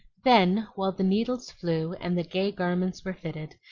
then, while the needles flew and the gay garments were fitted,